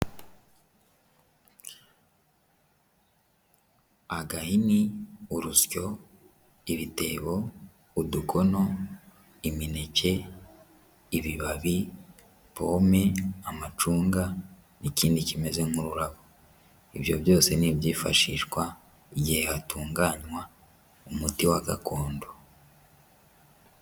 Agahini, urusyo, ibitebo, udukono, imineke, ibibabi, pome, amacunga n'ikindi kimeze nk'ururabo, ibyo byose ni ibyifashishwa igihe hatunganywa umuti wa gakondo.